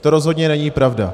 To rozhodně není pravda.